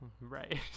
right